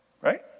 Right